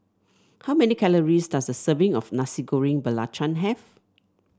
how many calories does a serving of Nasi Goreng Belacan have